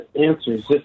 answers